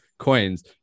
coins